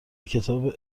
کتاب